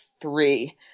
three